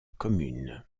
communes